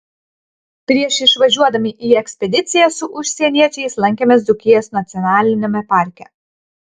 prieš išvažiuodami į ekspediciją su užsieniečiais lankėmės dzūkijos nacionaliniame parke